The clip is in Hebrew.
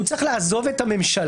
הוא צריך לעזוב את הממשלה,